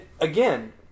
again